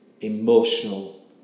emotional